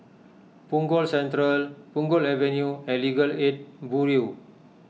Punggol Central Punggol Avenue and Legal Aid Bureau